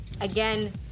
again